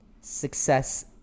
success